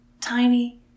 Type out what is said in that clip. tiny